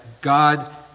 God